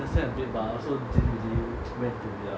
understand a but I also didn't really went to read ah